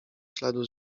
śladu